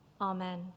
Amen